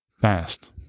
fast